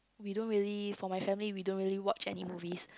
we don't really for my family we don't really watch any movies